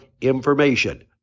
information